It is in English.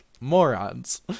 morons